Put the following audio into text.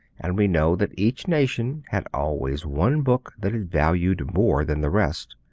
and we know that each nation had always one book that it valued more than the rest.